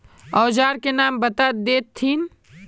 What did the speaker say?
औजार के नाम बता देथिन?